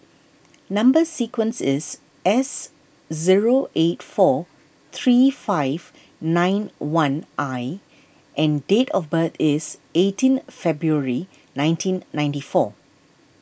Number Sequence is S zero eight four three five nine one I and date of birth is eighteen February nineteen ninety four